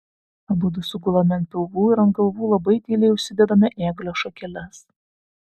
abudu sugulame ant pilvų ir ant galvų labai tyliai užsidedame ėglio šakeles